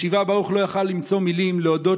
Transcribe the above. בשבעה ברוך לא יכול היה למצוא מילים להודות